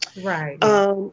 Right